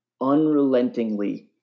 unrelentingly